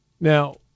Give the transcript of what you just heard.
Now